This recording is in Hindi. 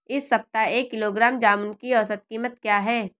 इस सप्ताह एक किलोग्राम जामुन की औसत कीमत क्या है?